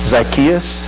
Zacchaeus